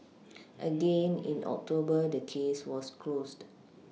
again in October the case was closed